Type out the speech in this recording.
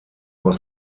was